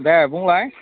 दे बुंलाय